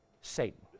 Satan